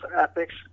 ethics